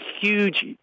huge